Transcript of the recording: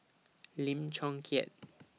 Lim Chong Keat